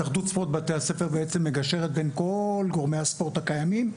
התאחדות ספורט בתי הספר בעצם מגשרת בין כל גורמי הספורט הקיימים,